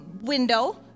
window